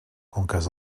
conques